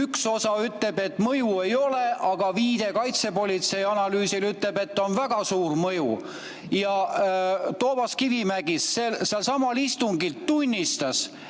üks osa ütleb, et mõju ei ole, aga viide kaitsepolitsei analüüsile ütleb, et on väga suur mõju. Toomas Kivimägi selsamal istungil tunnistas,